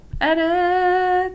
Edit